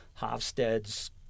Hofstede's